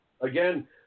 again